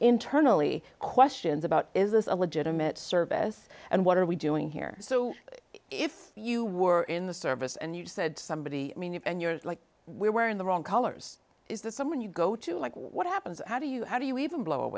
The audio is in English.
internally questions about is this a legitimate service and what are we doing here so if you were in the service and you said somebody and you're like we were in the wrong colors is that someone you go to like what happens how do you how do you even blow